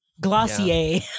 glossier